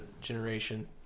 generation